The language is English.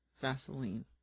Vaseline